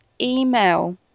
email